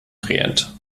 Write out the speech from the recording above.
trient